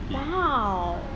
!wow!